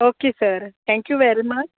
okay sir thank you very much yeah